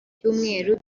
y’umweru